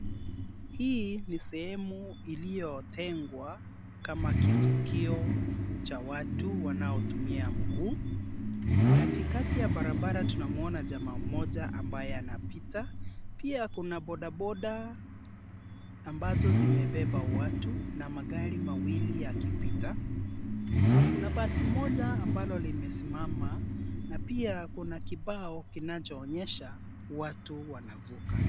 Hii ni sehemu iliyotengwa, kama kivukio cha watu wanaotumia mguu. Katikati ya barabara tunamuona jamaa mmoja ambaye anapita. Pia kuna bodaboda ambazo zimebeba watu na magari mawili yakipita. Kuna basi moja ambalo limesimama, na pia kuna kibao kinacho onyesha watu wanavuka.